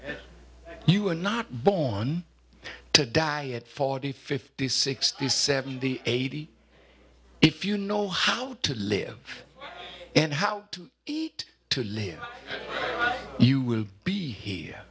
this you are not born to die at forty fifty sixty seventy eighty if you know how to live and how to eat to live you will be here